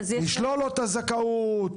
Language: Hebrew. לשלול לו את הזכאות,